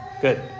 Good